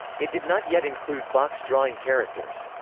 it did not yet include box-drawing characters.